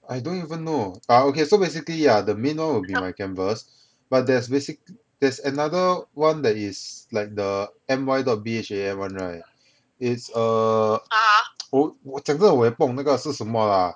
I don't even know but okay so basically ah the main [one] will be my canvas but there's basic there's another one that is like the M_Y dot B_H_A_M [one] right is err 我我讲到我也不懂那个是什么 lah